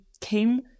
came